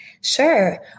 Sure